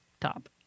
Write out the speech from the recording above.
top